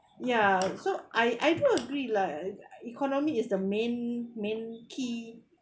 ya so I I do agree lah economy is the main main key